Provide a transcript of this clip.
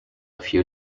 few